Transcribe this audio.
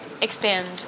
expand